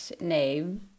name